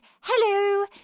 hello